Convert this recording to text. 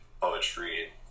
poetry